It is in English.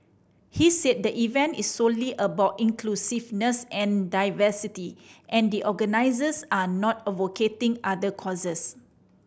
he said the event is solely about inclusiveness and diversity and the organisers are not advocating other causes